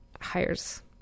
hires